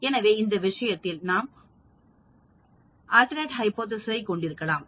எனவே இந்த விஷயத்தில் நாம் 3 ஆல்டர்நெட் ஹைபோதேசிஸ் ஐ கொண்டிருக்கலாம்